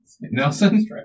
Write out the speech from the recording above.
Nelson